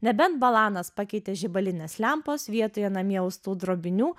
nebent balanas pakeitė žibalinės lempos vietoje namie austų drobinių